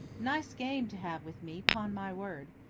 nice game to have with me, pon my word.